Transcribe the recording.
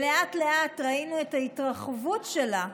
לאט-לאט ראינו את ההתרחבות שלה,